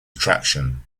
attraction